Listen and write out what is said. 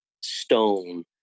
stone